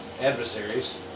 adversaries